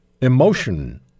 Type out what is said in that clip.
emotion